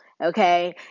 okay